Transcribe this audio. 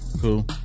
cool